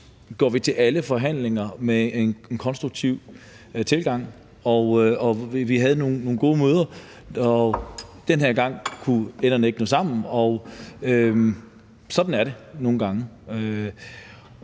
går vi til alle forhandlinger med en konstruktiv tilgang, og vi havde nogle gode møder. Den her gang kunne enderne ikke nå sammen, og sådan er det nogle gange.